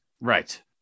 Right